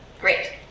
Great